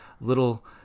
little